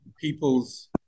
people's